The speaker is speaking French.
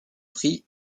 prix